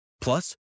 Plus